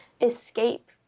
escape